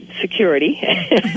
security